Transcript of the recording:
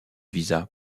visa